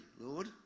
Lord